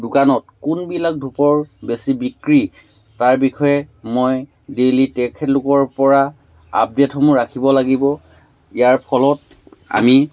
দোকানত কোনবিলাক ধূপৰ বেছি বিক্ৰী তাৰ বিষয়ে মই ডেইলি তেখেতলোকৰ পৰা আপডেটসমূহ ৰাখিব লাগিব ইয়াৰ ফলত আমি